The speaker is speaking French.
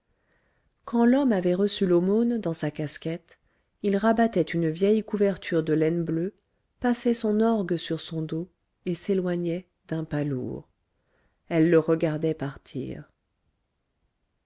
quand l'homme avait reçu l'aumône dans sa casquette il rabattait une vieille couverture de laine bleue passait son orgue sur son dos et s'éloignait d'un pas lourd elle le regardait partir